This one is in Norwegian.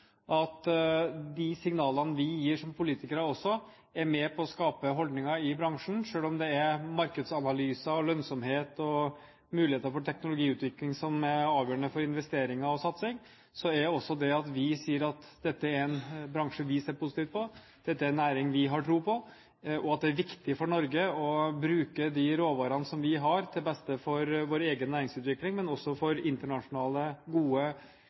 at de signalene vi gir som politikere også, er med på å skape holdninger i bransjen. Selv om det er markedsanalyser, lønnsomhet og muligheter for teknologiutvikling som er avgjørende for investeringer og satsing, er også det at vi sier at dette er en bransje vi ser positivt på, dette er en næring vi har tro på, og at det er viktig for Norge å bruke de råvarene vi har, til beste for vår egen næringsutvikling, men også for f.eks. internasjonale, gode